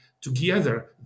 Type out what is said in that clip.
Together